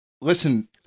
Listen